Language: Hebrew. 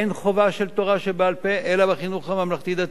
אין חובה של תורה שבעל-פה אלא בחינוך הממלכתי-דתי.